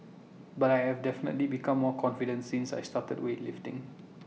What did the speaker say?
but I have definitely become more confident since I started weightlifting